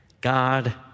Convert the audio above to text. God